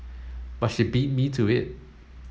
but she beat me to it